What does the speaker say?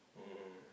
mm